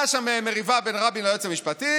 הייתה שם מריבה בין רבין ליועץ המשפטי.